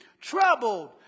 troubled